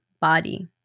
body